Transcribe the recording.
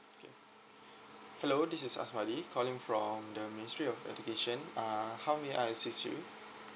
hello this is A S M A D I calling from the ministry of education uh how may I assist you